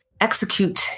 execute